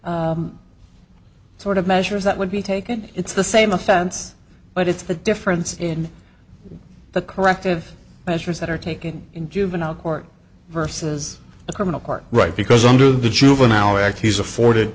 sort of measures that would be taken it's the same offense but it's the difference in the corrective measures that are taken in juvenile court versus a criminal court right because under the juvenile act he's afforded